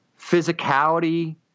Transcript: physicality